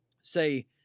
say